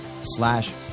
slash